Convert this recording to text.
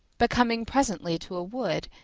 but coming presently to a wood,